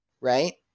right